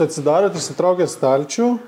atsidarėt išsitraukėt stalčių